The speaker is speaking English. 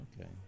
Okay